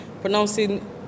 Pronouncing